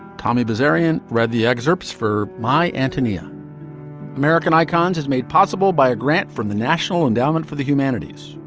tommy kazarian read the excerpts for my antonia american icons is made possible by a grant from the national endowment for the humanities.